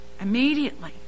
Immediately